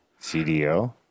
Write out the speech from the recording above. CDO